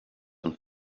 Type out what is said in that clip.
and